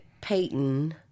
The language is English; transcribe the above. Payton